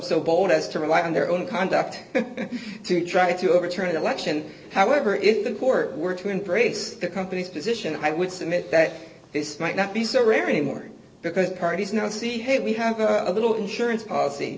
as to rely on their own conduct to try to overturn an election however if the court were to embrace the company's position i would submit that this might not be so rare anymore because parties now see hey we have a little insurance policy